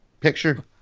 picture